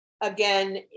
again